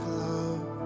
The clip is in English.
love